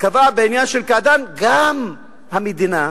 קבע בעניין של קעדאן שגם המדינה,